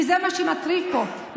וזה מה שמטריף פה.